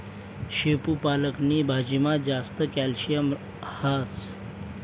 शेपू पालक नी भाजीमा जास्त कॅल्शियम हास